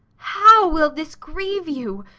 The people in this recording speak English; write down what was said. how will this grieve you,